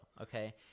okay